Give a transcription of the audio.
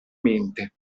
mente